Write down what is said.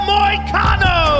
Moicano